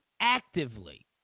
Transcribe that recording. actively